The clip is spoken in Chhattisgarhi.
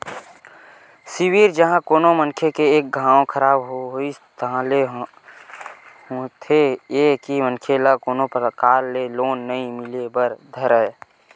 सिविल जिहाँ कोनो मनखे के एक घांव खराब होइस ताहले होथे ये के मनखे ल कोनो परकार ले लोन नइ मिले बर धरय